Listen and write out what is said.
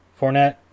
Fournette